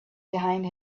behind